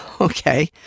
Okay